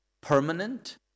permanent